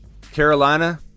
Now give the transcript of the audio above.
Carolina